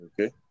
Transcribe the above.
Okay